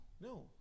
No